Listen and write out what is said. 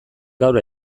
gaur